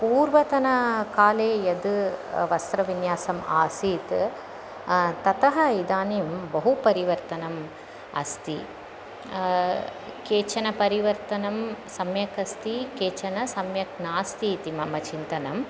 पूर्वतनकाले यत् वस्त्रविन्यासम् आसीत् ततः इदानीं बहु परिवर्तनम् अस्ति केचन परिवर्तनं सम्यक् अस्ति केचन सम्यक् नास्ति इति मम चिन्तनम्